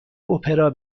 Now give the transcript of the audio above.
اپرا